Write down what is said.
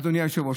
אדוני היושב-ראש.